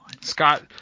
scott